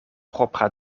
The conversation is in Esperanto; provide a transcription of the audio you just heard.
propra